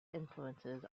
influences